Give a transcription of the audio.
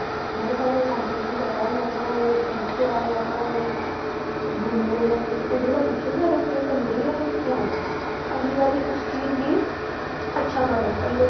TV मतलब लोग ताइयां मतलब टीबी ज्यादा दिखदे ना ते अख़वारां घट्ट ही पढ़दे ना एह् समां इयां लोग इक दोऐ कोला बी सुनी लेंदे ना इक द कोला बी करी लेंदे ना ते